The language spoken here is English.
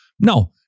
No